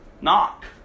knock